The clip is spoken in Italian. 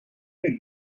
per